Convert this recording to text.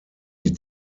die